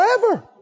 Forever